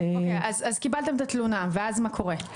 אז קיבלתם את התלונה, ואז מה קורה?